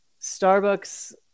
Starbucks